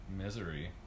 misery